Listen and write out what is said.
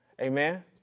Amen